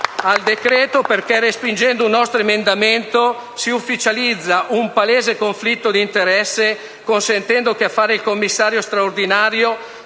al decreto perché respingendo un nostro emendamento si ufficializza un palese conflitto di interesse, consentendo che a fare il commissario straordinario